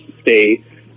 stay